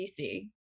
dc